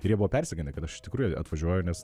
ir jie buvo persigandę kad aš iš tikrųjų atvažiuoju nes